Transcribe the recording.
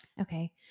Okay